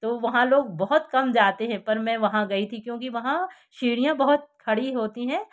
तो वहाँ लोग बहुत कम जाते है पर मैं वहाँ गई थी क्योंकि वहाँ सीढ़ियाँ बहुत खड़ी होती हैं